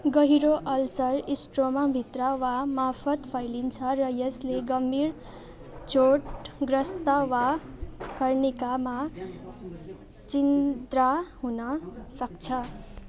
गहिरो अल्सर स्ट्रोमाभित्र वा मार्फत् फैलिन्छ र यसले गम्भीर चोटग्रस्त वा कर्णिकामा छिद्र हुनसक्छ